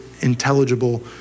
intelligible